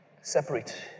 Separate